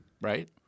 right